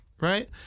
Right